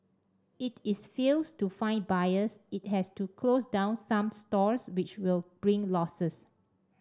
if it fails to find buyers it has to close down some stores which will bring losses